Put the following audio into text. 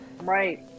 right